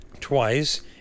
twice